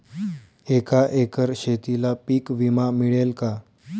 एका एकर शेतीला पीक विमा मिळेल का?